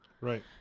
Right